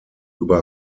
über